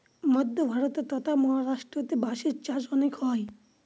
মধ্য ভারতে ট্বতথা মহারাষ্ট্রেতে বাঁশের চাষ অনেক হয়